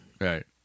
Right